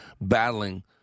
battling